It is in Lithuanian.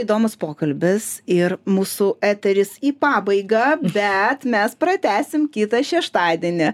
įdomus pokalbis ir mūsų eteris į pabaigą bet mes pratęsim kitą šeštadienį